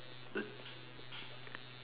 the